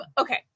okay